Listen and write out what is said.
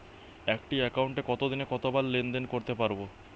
একটি একাউন্টে একদিনে কতবার লেনদেন করতে পারব?